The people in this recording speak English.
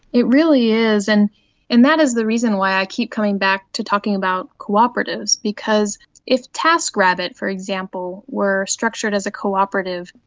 it really is, and and that is the reason why i keep coming back to talking about cooperatives because if taskrabbit, for example, were structured as a cooperative,